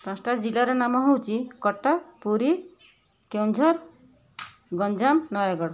ପାଞ୍ଚଟା ଜିଲ୍ଲାର ନାମ ହଉଛି କଟକ ପୁରୀ କେଉଁଝର ଗଞ୍ଜାମ ନୟାଗଡ଼